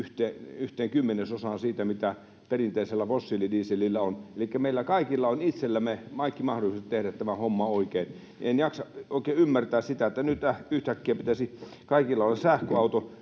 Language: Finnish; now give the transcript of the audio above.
yhteen kymmenesosaan perinteisestä fossiilidieselistä — elikkä meillä kaikilla on itsellämme kaikki mahdollisuudet tehdä tämä homma oikein. En jaksa oikein ymmärtää sitä, että nyt yhtäkkiä pitäisi kaikilla on sähköauto.